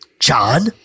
John